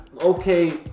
okay